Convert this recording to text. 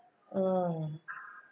mm